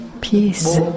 peace